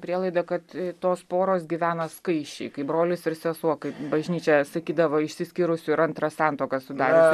prielaidą kad tos poros gyvena skaisčiai kaip brolis ir sesuo kaip bažnyčia sakydavo išsiskyrusių ir antrą santuoką sudariusių